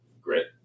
grit